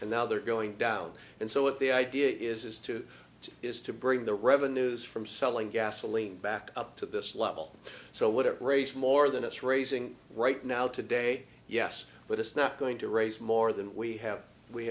and now they're going down and so what the idea is is to is to bring the revenues from selling gasoline back up to this level so would it raise more than it's raising right now today yes but it's not going to raise more than we have we